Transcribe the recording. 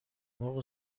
مرغ